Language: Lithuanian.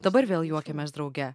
dabar vėl juokiamės drauge